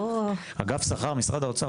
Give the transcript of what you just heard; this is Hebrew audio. אגף שכר במשרד האוצר,